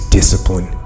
discipline